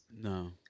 No